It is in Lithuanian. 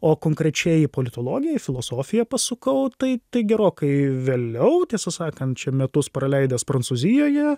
o konkrečiai į politologiją į filosofiją pasukau tai tai gerokai vėliau tiesą sakant čia metus praleidęs prancūzijoje